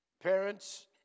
Parents